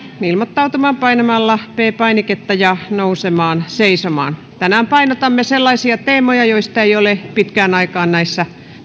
ilmoittautumaan painamalla p painiketta ja nousemalla seisomaan tänään painotamme sellaisia teemoja joista ei ole pitkään aikaan